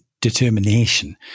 determination